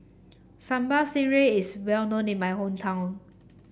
Sambal Stingray is well known in my hometown